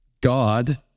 God